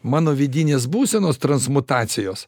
mano vidinės būsenos transmutacijos